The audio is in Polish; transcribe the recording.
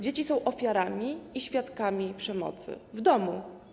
Dzieci są ofiarami i świadkami przemocy w domu.